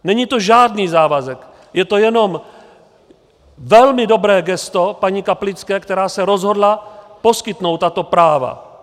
Není to žádný závazek, je to jenom velmi dobré gesto paní Kaplické, která se rozhodla poskytnout tato práva.